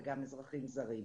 וגם אזרחים זרים.